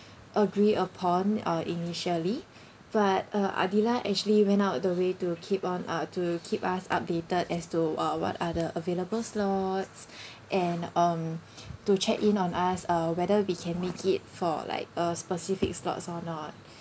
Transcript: agree upon uh initially but uh adilah actually went out the way to keep on uh to keep us updated as to uh what are the available slots and um to check in on us uh whether we can make it for like a specific slots or not